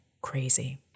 crazy